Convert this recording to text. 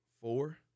four